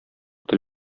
тел